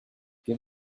give